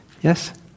Yes